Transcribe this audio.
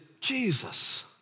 Jesus